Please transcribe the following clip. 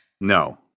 no